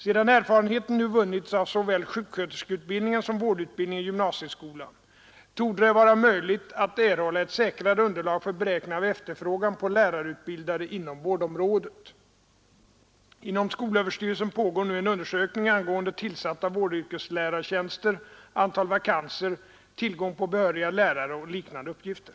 Sedan erfarenheter nu vunnits av såväl sjuksköterskeutbildningen som vårdutbildningen i gymnasieskolan torde det vara möjligt att erhålla ett säkrare underlag för beräkning av efterfrågan på lärarutbildade inom vårdområdet. Inom skolöverstyrelsen pågår nu en undersökning angående tillsatta vårdyrkeslärartjänster, antal vakanser, tillgång på behöriga lärare och liknande uppgifter.